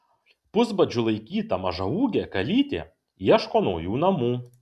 pusbadžiu laikyta mažaūgė kalytė ieško naujų namų